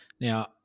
Now